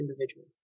individual